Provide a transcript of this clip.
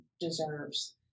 deserves